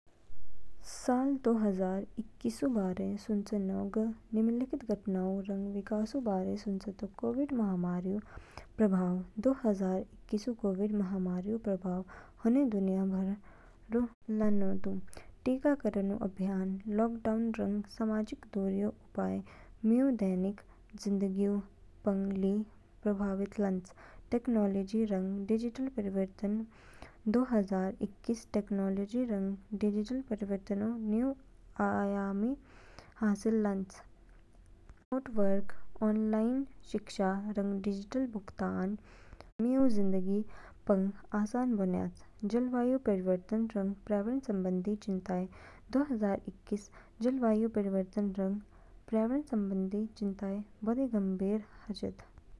साल दो हजार इक्कीसऊ बारे सुचेनो समय, ग निम्नलिखित घटनाओंऊ रंग विकासोंऊ बारे सुचेतोक। कोविड महामारीऊ प्रभाव दो हजार इक्कीसऊ कोविड महामारीऊ प्रभाव हुना दुनिया भरु लानो दू। टीकाकरण अभियान, लॉकडाउन रंग सामाजिक दूरीऊ उपायों मीऊ दैनिक जिंदगीऊ पंग ली प्रभावित लान्च। टेक्नोलॉजी रंग डिजिटल परिवर्तन दो हजार इक्कीसऊ टेक्नोलॉजी रंग डिजिटल परिवर्तनऊ न्यूग आयाम हासिल लान्च। रिमोट वर्क, ऑनलाइन शिक्षा रंग डिजिटल भुगतान मीऊ जिंदगीऊ पंग आसान बनयाच। जलवायु परिवर्तन रंग पर्यावरण संबंधी चिंताएं दो हजार इक्कीसऊ जलवायु परिवर्तन रंग पर्यावरण संबंधी चिंताएं बोदी गंभीर हाचिद।